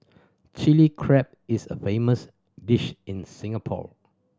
Chilli Crab is a famous dish in Singapore